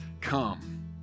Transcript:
come